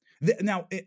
Now